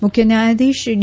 મુખ્ય ન્યાયાધીશશ્રી ડી